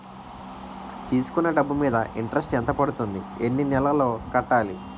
తీసుకున్న డబ్బు మీద ఇంట్రెస్ట్ ఎంత పడుతుంది? ఎన్ని నెలలో కట్టాలి?